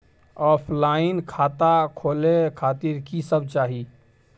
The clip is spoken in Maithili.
ऑफलाइन खाता खोले खातिर की सब चाही?